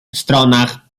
stronach